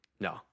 No